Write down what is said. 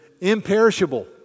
imperishable